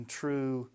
true